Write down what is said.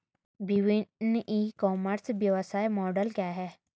विभिन्न e commerce व्यवसाय model क्या हैं?